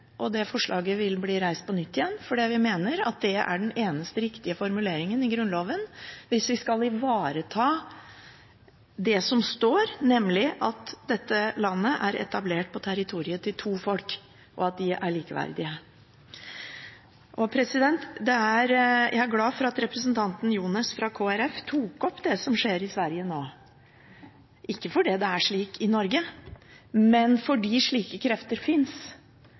og forslaget vil bli reist på nytt, for vi mener at det vil være den eneste riktige formuleringen i Grunnloven hvis vi skal ivareta det at dette landet er etablert på territoriet til to folk, og at de er likeverdige. Jeg er glad for at representanten Brekke Ljones fra Kristelig Folkeparti tok opp det som skjer i Sverige nå, ikke fordi det er slik i Norge, men fordi slike krefter